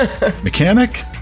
Mechanic